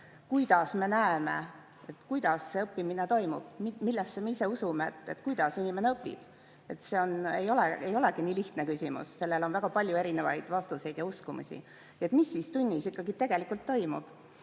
kuidas me näeme, kuidas õppimine toimub, millesse me ise usume, kuidas inimene õpib. Ei olegi nii lihtne küsimus. Sellel on väga palju erinevaid vastuseid ja uskumusi, et mis tunnis ikkagi tegelikult toimub.